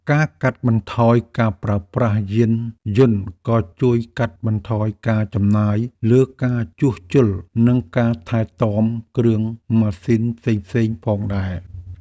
ការកាត់បន្ថយការប្រើប្រាស់យានយន្តក៏ជួយកាត់បន្ថយការចំណាយលើការជួសជុល និងការថែទាំគ្រឿងម៉ាស៊ីនផ្សេងៗផងដែរ។